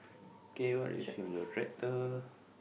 okay what is on your tractor